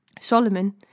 Solomon